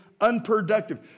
unproductive